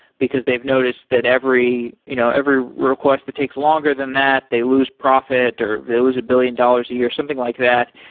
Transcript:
because they've noticed that every you know every request that takes longer than that, they lose profit or they lose a billion dollars a year, or something like that.